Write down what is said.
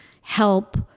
help